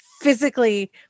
physically